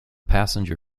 passenger